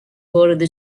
وارد